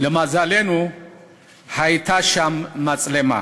למזלנו הייתה שם מצלמה.